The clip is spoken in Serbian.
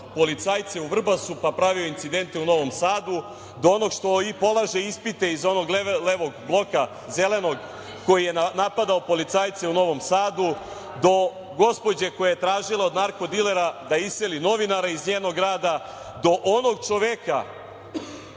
policajce u Vrbasu, pa pravio incidente u Novom Sadu do onog što polaže ispite iz onog levog bloka zelenog koji je napadao policajce u Novom Sadu do gospođe koja je tražila od narko dilera da iseli novinare iz njenog grada do onog čoveka